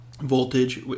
Voltage